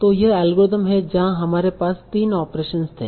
तो यह एल्गोरिथ्म है जहा हमारे पास 3 ऑपरेशन थे